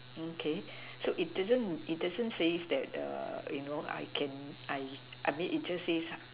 okay so it doesn't it doesn't say that err you know I can I I mean it just says